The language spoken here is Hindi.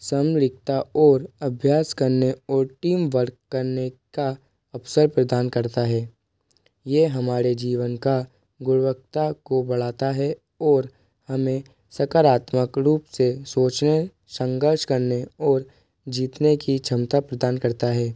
संग रिक्ता और अभ्यास करने और टीम वर्क करने का अवसर प्रदान करता है यह हमारे जीवन का गुणवत्ता को बढ़ाता है और हमें सकारात्मक रूप से सोचने संघर्ष करने और जीतने की क्षमता प्रदान करता है